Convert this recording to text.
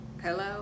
hello